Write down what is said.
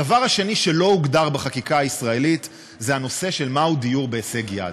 הדבר השני שלא הוגדר בחקיקה הישראלית זה מהו דיור בהישג יד.